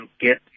get